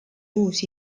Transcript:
uus